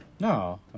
No